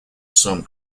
some